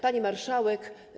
Pani Marszałek!